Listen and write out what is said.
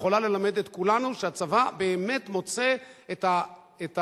שיכולה ללמד את כולנו שהצבא באמת מוצא את המעמד